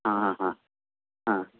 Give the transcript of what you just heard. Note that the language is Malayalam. ആ ആ ആ ആ